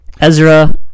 Ezra